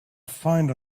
find